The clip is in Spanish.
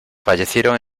fallecieron